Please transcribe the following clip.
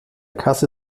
kasse